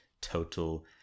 total